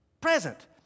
Present